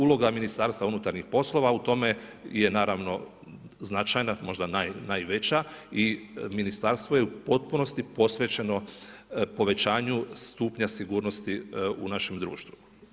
Uloga Ministarstva unutarnjih poslova u tome je naravno značajna, možda najveća i ministarstvo je u potpunosti posvećeno povećanju stupnja sigurnosti u našem društvu.